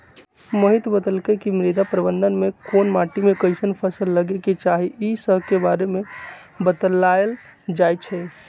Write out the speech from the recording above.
मोहित बतलकई कि मृदा प्रबंधन में कोन माटी में कईसन फसल लगे के चाहि ई स के बारे में बतलाएल जाई छई